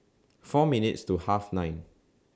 four minutes to Half nine